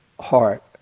heart